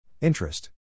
Interest